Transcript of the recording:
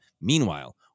Meanwhile